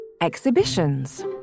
exhibitions